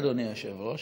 אדוני היושב-ראש,